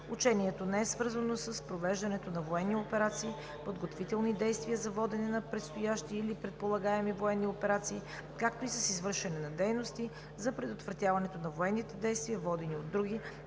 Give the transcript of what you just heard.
Учението не е свързано с провеждането на военни операции, подготвителни действия за водене на предстоящи или предполагаеми военни операции, както и с извършване на дейности за предотвратяването на военните действия, водени от други